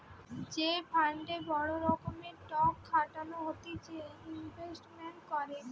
যে ফান্ডে বড় রকমের টক খাটানো হতিছে ইনভেস্টমেন্ট করে